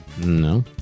No